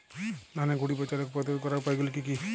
ধানের গুড়ি পচা রোগ প্রতিরোধ করার উপায়গুলি কি কি?